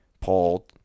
Paul